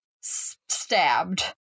stabbed